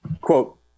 Quote